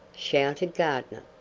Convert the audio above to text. shouted gardner.